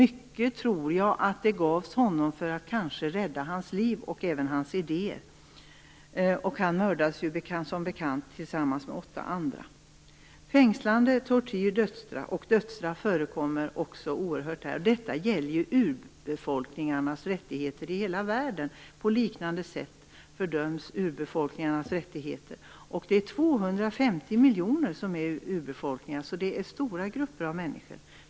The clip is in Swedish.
Jag tror att han fick det mycket för att kanske rädda hans liv och hans idéer. Han mördades ju som bekant tillsammans med åtta andra. Fängslande, tortyr och dödsstraff förekommer också mycket här. Detta gäller ju urbefolkningarnas rättigheter i hela världen. På liknande sätt kränks urbefolkningarnas rättigheter. Det är 250 miljoner människor som tillhör urbefolkningar. Det är stora grupper av människor.